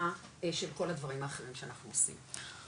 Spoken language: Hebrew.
של כל הדברים האחרים שאנחנו עושים.